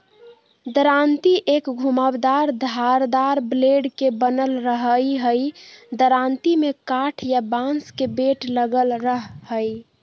दरांती एक घुमावदार धारदार ब्लेड के बनल रहई हई दरांती में काठ या बांस के बेट लगल रह हई